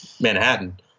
Manhattan